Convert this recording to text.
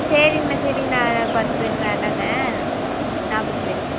சரிங்கண்ணா சரிங்கண்ணா பத்து பேர் வேண்டாம்ங்க நாற்பது பேரே போதும்